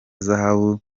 zahabu